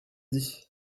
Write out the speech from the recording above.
dits